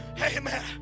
amen